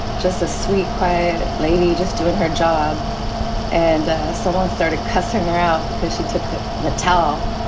just a sweet, quiet lady, just doing her job and someone started cussing her out because she took the towel.